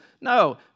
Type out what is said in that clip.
no